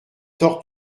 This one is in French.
tort